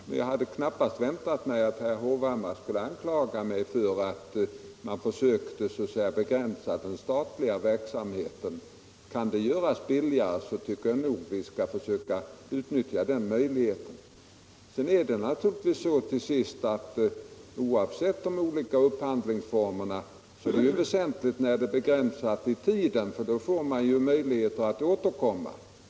Men jag hade knappast väntat mig att herr Hovhammar skulle anklaga mig för att försöka begränsa den statliga verksamheten. Kan denna göras billigare, så tycker jag nog vi skall försöka utnyttja den möjligheten. Sedan är det naturligtvis, bortsett från de olika upphandlingsformerna, väsentligt att avtalet är begränsat i tiden.